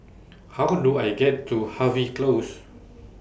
How Do I get to Harvey Close